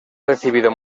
recibido